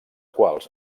quals